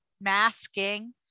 masking